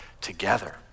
together